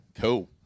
Cool